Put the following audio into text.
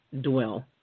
dwell